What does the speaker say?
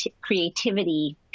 creativity